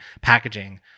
packaging